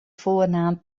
voornaam